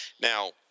Now